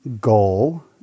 goal